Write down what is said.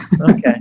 Okay